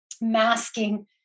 masking